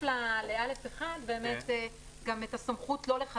אני רק רוצה להוסיף ל-(א1) גם את הסמכות לא לחדש.